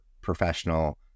professional